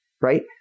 right